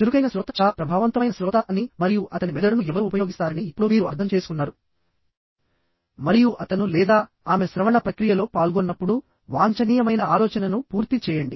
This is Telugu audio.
చురుకైన శ్రోత చాలా ప్రభావవంతమైన శ్రోత అని మరియు అతని మెదడును ఎవరు ఉపయోగిస్తారని ఇప్పుడు మీరు అర్థం చేసుకున్నారు మరియు అతను లేదా ఆమె శ్రవణ ప్రక్రియలో పాల్గొన్నప్పుడు వాంఛనీయమైన ఆలోచనను పూర్తి చేయండి